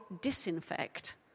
disinfect